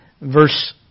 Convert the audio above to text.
Verse